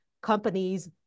companies